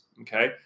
okay